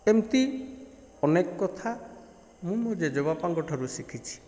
ଏମିତି ଅନେକ କଥା ମୁଁ ମୋ ଜେଜେବାପାଙ୍କ ଠାରୁ ଶିଖଛି